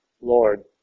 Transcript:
Lord